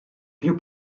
più